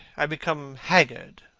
i became haggard,